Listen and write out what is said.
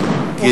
בבקשה,